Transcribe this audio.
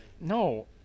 No